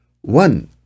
one